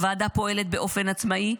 הוועדה פועלת באופן עצמאי,